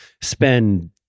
spend